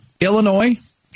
Illinois